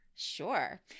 Sure